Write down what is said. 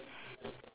fruit and vege